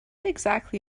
exactly